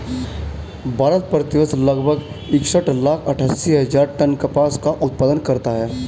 भारत, प्रति वर्ष लगभग इकसठ लाख अट्टठासी हजार टन कपास का उत्पादन करता है